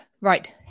right